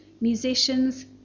musicians